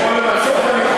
תמשיך, אני יכול למצות, ?